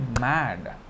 mad